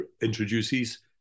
introduces